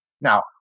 Now